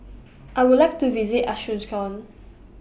I Would like to visit Asuncion